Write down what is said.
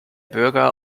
bürger